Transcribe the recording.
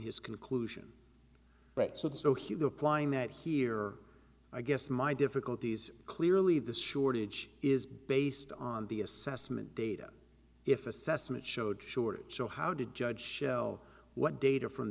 his conclusion so the so he was applying that here i guess my difficulties clearly the shortage is based on the assessment data if assessment showed shortage so how did judge show what data from